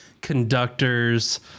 conductors